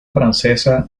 francesa